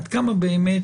עד כמה באמת